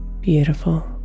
beautiful